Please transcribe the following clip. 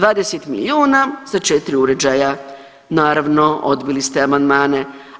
20 milijuna za 4 uređaja, naravno odbili ste amandmane.